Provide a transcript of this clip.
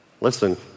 Listen